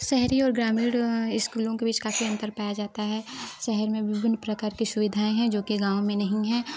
शहरी और ग्रामीण स्कूलों के बीच काफी अंतर पाया जाता है शहर में विभिन्न प्रकार के सुविधाएं हैं ही जोकि गाँव में नहीं हैं